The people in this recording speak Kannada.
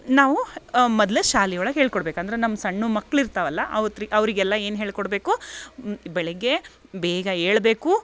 ನಾವು ಮೊದ್ಲು ಶಾಲೆ ಒಳಗೆ ಹೇಳ್ಕೊಡ್ಬೇಕು ಅಂದರೆ ನಮ್ಮ ಸಣ್ಣ ಮಕ್ಳು ಇರ್ತಾವಲ್ಲ ಅವ್ತ್ರಿ ಅವರಿಗೆಲ್ಲಾ ಏನು ಹೇಳ್ಕೊಡಬೇಕು ಬೆಳಗ್ಗೆ ಬೇಗ ಏಳಬೇಕು